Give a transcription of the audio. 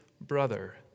brother